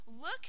Look